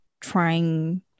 trying